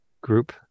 group